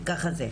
ככה זה.